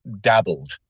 dabbled